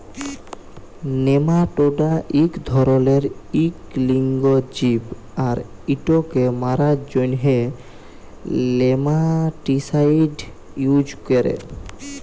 nematoda ইক ধরলের ইক লিঙ্গ জীব আর ইটকে মারার জ্যনহে নেমাটিসাইড ইউজ ক্যরে